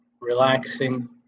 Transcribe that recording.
relaxing